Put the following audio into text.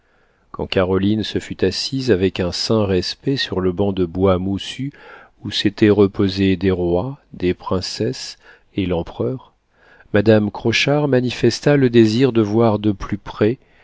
quand caroline se fut assise avec un saint respect sur le banc de bois moussu où s'étaient reposés des rois des princesses et l'empereur madame crochard manifesta le désir de voir de plus près